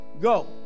go